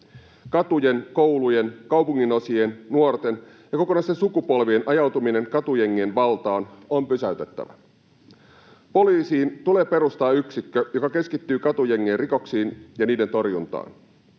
Katujen, koulujen, kaupunginosien, nuorten ja kokonaisten sukupolvien ajautuminen katujengien valtaan on pysäytettävä. Poliisiin tulee perustaa yksikkö, joka keskittyy katujengien rikoksiin ja niiden torjuntaan.